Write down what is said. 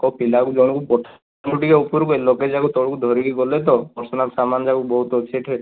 କେଉଁ ପିଲାକୁ ଜଣଙ୍କୁ ପଠାନ୍ତୁ ଟିକେ ଉପରକୁ ହେଲେ ଲଗେଜ୍ ଆଗ ତଳକୁ ଧରିକି ଗଲେ ତ ପର୍ସନାଲ ସାମାନ ଯାକ ବହୁତ ଅଛି ଏଠି